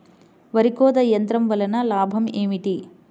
వరి కోత యంత్రం వలన లాభం ఏమిటి?